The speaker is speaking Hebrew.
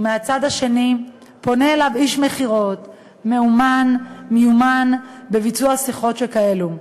ומהצד השני פונה אליו איש מכירות המיומן בביצוע שיחות שכאלו,